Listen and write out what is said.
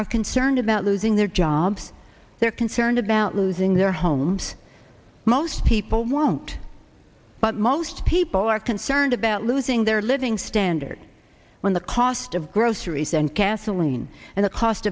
are concerned about losing their jobs they're concerned about losing their homes most people won't but most people are concerned about losing their living standards when the cost of groceries and gasoline and the cost